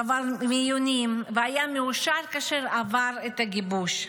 עבר מיונים והיה מאושר כאשר עבר את הגיבוש.